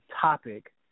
topic